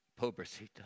Pobrecita